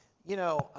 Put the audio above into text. you know,